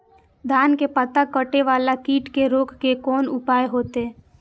धान के पत्ता कटे वाला कीट के रोक के कोन उपाय होते?